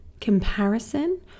comparison